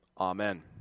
Amen